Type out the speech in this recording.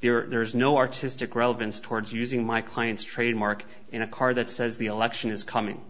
cards here there is no artistic relevance towards using my client's trademark in a car that says the election is coming